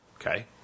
Okay